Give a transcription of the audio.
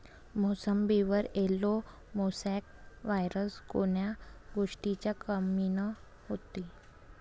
मोसंबीवर yellow mosaic virus कोन्या गोष्टीच्या कमीनं होते?